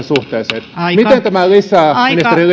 suhteeseen miten tämä lisää